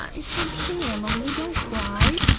um it's okay emily, don't cry!